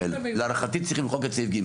להערכתי צריך למחוק את סעיף ג'.